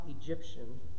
Egyptian